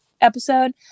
episode